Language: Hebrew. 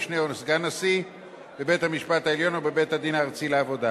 משנה או סגן נשיא בבית-המשפט העליון או בבית-הדין הארצי לעבודה,